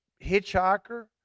hitchhiker